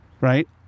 right